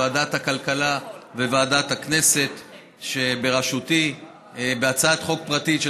ועדת הכלכלה וועדת הכנסת שבראשותי על הצעת חוק פרטית של